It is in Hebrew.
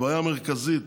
הבעיה המרכזית